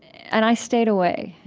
and i stayed away.